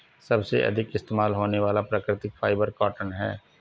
सबसे अधिक इस्तेमाल होने वाला प्राकृतिक फ़ाइबर कॉटन है